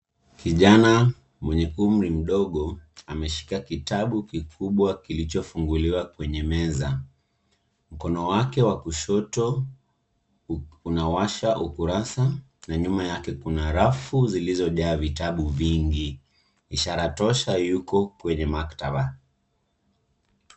Kijana mwenye umri mdogo, ameshika kitabu kikubwa kilichofunguliwa kwenye meza. Mkono wake wa kushoto, unawasha ukurasa na nyuma yake kuna rafu zilizojaa vitabu vingi. Ishara tosha yuko kwenye maktaba.